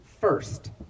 first